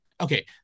okay